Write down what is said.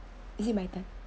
is it my turn